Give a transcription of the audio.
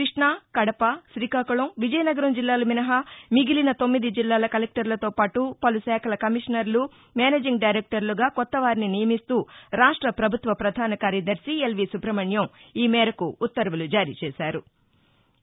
కృష్ణు కడప తీకాకుళం విజయనగరం జిల్లాలు మినహా మిగిలిన తొమ్మిది జిల్లాల కలెక్టర్లతో పాటు పలుశాఖల కమిషనర్లు మేనేజింగ్ డైరెక్టర్లుగా కొత్తవారిని నియమిస్తూ రాష్ట ప్రభుత్వ ప్రధాన కార్యదర్శి ఎల్వీ సుబ్రహ్మణ్యం నిన్న ఉత్తర్వులు జారీ చేశారు